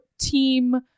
team